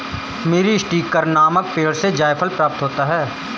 मीरीस्टिकर नामक पेड़ से जायफल प्राप्त होता है